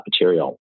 material